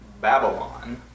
Babylon